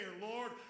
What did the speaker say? Lord